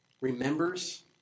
remembers